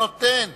גברתי,